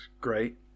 great